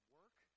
work